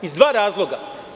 Iz dva razloga.